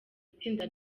itsinda